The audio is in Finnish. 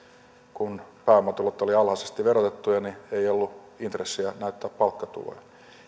kun pääomatulot olivat alhaisesti verotettuja niin ei ollut intressiä enää ottaa palkkatuloja